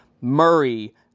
Murray